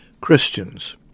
Christians